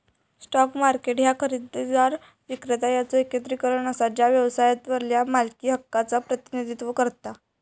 stock market ह्या खरेदीदार, विक्रेता यांचो एकत्रीकरण असा जा व्यवसायावरल्या मालकी हक्कांचा प्रतिनिधित्व करता